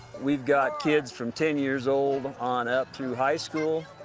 we've got kids from ten years old on up to high school,